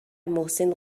محسن